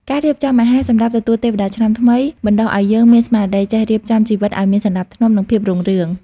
ការរៀបចំអាហារសម្រាប់ទទួលទេវតាឆ្នាំថ្មី បណ្ដុះឱ្យយើងមានស្មារតីចេះរៀបចំជីវិតឱ្យមានសណ្ដាប់ធ្នាប់ និងភាពរុងរឿង។